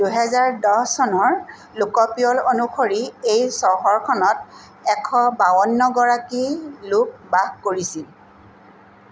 দুহেজাৰ দহ চনৰ লোকপিয়ল অনুসৰি এই চহৰখনত এশ বাৱন্নগৰাকী লোক বাস কৰিছিল